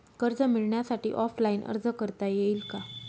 कर्ज मिळण्यासाठी ऑफलाईन अर्ज करता येईल का?